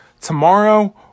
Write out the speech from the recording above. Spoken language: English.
tomorrow